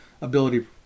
ability